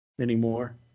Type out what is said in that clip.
anymore